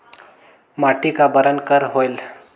माटी का बरन कर होयल?